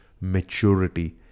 maturity